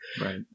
Right